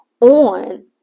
on